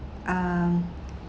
um